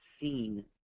seen